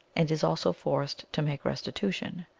and is also forced to make restitution.